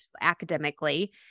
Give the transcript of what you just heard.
academically